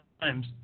times